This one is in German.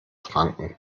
franken